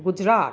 Gujarat